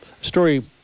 story